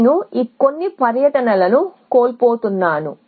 నేను కొన్ని పర్యటనలను కోల్పోతున్నాను